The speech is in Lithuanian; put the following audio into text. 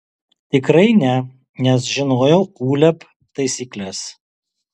tikrai ne nes žinojau uleb taisykles